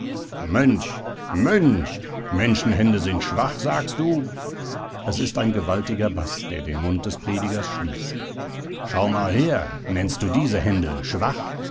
mönch mönch menschenhände sind schwach sagst du es ist ein gewaltiger baß der den mund des predigers schließt schau mal her nennst du diese hände schwach